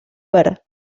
ver